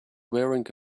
wearing